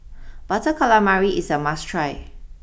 Butter Calamari is a must try